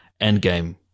Endgame